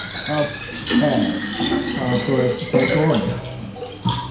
tough tasks for us to take on